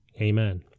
Amen